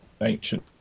ancient